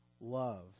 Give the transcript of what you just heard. love